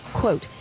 Quote